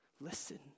Listen